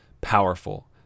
powerful